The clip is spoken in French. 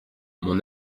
mon